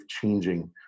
changing